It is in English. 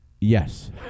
yes